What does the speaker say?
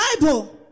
Bible